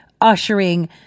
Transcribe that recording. ushering